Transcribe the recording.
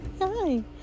hi